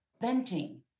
venting